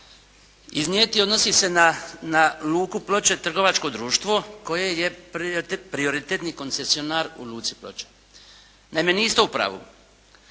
iznijeti odnosi se na Luku Ploče trgovačko društvo koje je prioritetni koncesionar u Luci Ploče. Naime, niste u pravu